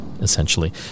Essentially